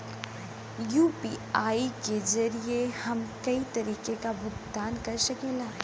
UPI के जरिये हम कई तरे क भुगतान कर सकीला